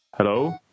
Hello